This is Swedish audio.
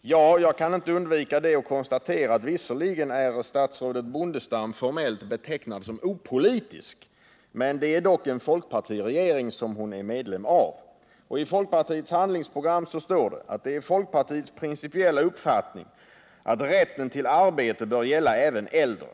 Jag kan inte undvika att konstatera att statsrådet Bondestam visserligen är formellt betecknad såsom opolitisk. Hon är dock medlem av en folkpartiregering. I folkpartiets handlingsprogram står att det är folkpartiets principiella uppfattning att rätten till arbete bör gälla även äldre.